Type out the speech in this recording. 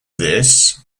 this